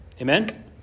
Amen